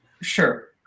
Sure